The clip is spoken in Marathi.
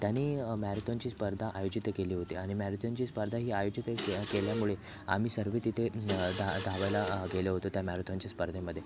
त्याने मॅराथॉनची स्पर्धा आयोजित केली होती आणि मॅराथॉनची स्पर्धा ही आयोजित केल्यामुळे आम्ही सर्व तिथे ते धा धावायला गेलो होतो त्या मॅराथॉनची स्पर्धेमध्ये